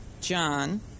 John